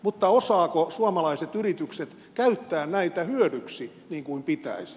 mutta osaavatko suomalaiset yritykset käyttää näitä hyödyksi niin kuin pitäisi